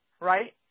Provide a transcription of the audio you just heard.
right